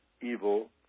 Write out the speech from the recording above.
evil